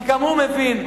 כי גם הוא מבין,